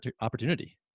opportunity